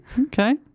Okay